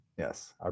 Yes